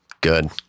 Good